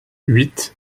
huit